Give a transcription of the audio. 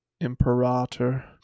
Imperator